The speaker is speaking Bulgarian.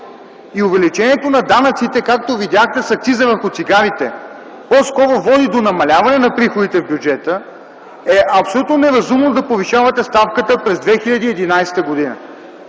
и увеличението на данъците, както видяхте с акциза върху цигарите, по-скоро води до намаляване на приходите в бюджета, е абсолютно неразумно да повишавате ставката през 2011 г.